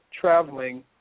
traveling